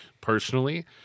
personally